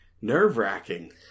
nerve-wracking